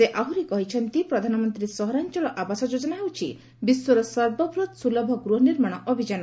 ସେ ଆହୁରି କହିଛନ୍ତି ପ୍ରଧାନମନ୍ତ୍ରୀ ସହରାଞ୍ଚଳ ଆବାସ ଯୋଜନା ହେଉଛି ବିଶ୍ୱର ସର୍ବବୃହତ୍ ସୁଲଭ ଗୃହନିର୍ମାଣ ଅଭିଯାନ